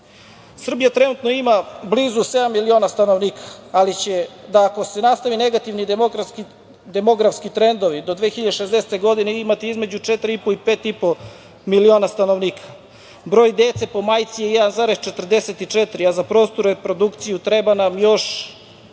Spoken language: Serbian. Srbija trenutno ima blizu sedam miliona stanovnika, ali će ako se nastavi negativni demografski trendovi, do 2060. godine imati između četiri i po i pet i po miliona stanovnika. Broj dece po majci je 1,44, a za prostu reprodukciju treba nam još